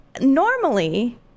normally